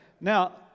Now